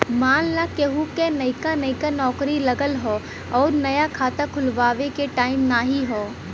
मान ला केहू क नइका नइका नौकरी लगल हौ अउर नया खाता खुल्वावे के टाइम नाही हौ